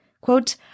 Quote